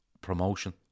promotion